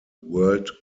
world